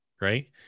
Right